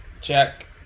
check